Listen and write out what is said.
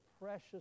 precious